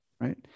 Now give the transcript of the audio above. Right